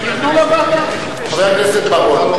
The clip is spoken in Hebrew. חבר הכנסת בר-און,